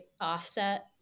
offset